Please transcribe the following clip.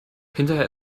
hinterher